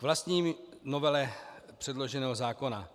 K vlastní novele předloženého zákona.